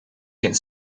geen